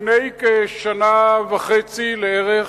לפני שנה וחצי לערך,